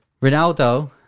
Ronaldo